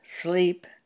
sleep